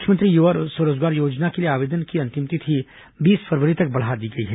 मुख्यमंत्री युवा स्वरोजगार योजना के लिए आवेदन की अंतिम तिथि बीस फरवरी तक बढ़ा दी गई है